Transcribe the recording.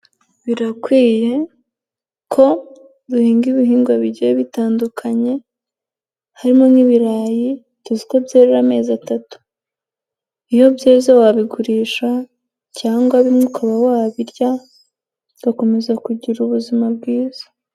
Birakwiye ko duhinga ibihingwa bigiye bitandukanye harimo nk'ibirayi tuzi ko byerera amezi atatu, iyo byeze wabigurisha cyangwa bimwe ukaba wabirya ugakomeza kugira ubuzima bwiza.